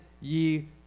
ye